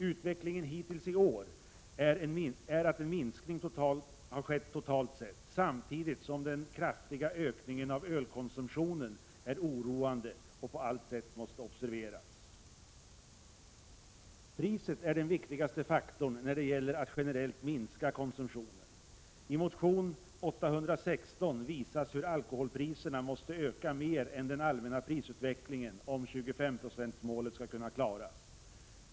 Utvecklingen hittills i år är att en minskning har skett totalt sett, samtidigt som den kraftiga ökningen av ölkonsumtionen är oroande och på allt sätt måste observeras. Priset är den viktigaste faktorn när det gäller att generellt minska konsumtionen. I motion Sk816 visas hur alkoholpriserna måste öka mer än den allmänna prisutvecklingen om 25-procentsmålet skall kunna klaras.